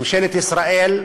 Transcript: ממשלת ישראל,